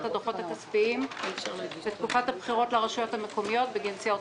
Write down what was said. הדוחות הכספיים של תקופת הבחירות לרשויות המקומיות בגין סיעות